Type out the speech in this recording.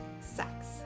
sex